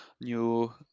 new